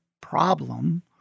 problem